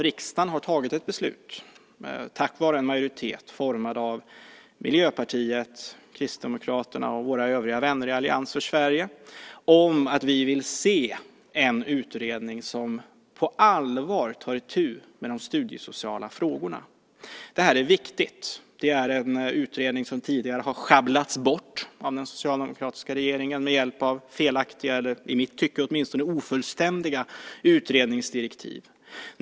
Riksdagen har tagit ett beslut, tack vare en majoritet formad av Miljöpartiet, Kristdemokraterna och våra övriga vänner i Allians för Sverige, om att vi vill se en utredning som på allvar tar itu med de studiesociala frågorna. Det här är viktigt. Det är en utredning som tidigare har sjabblats bort av den socialdemokratiska regeringen, med hjälp av felaktiga eller, åtminstone i mitt tycke, ofullständiga utredningsdirektiv.